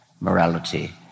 morality